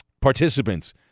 participants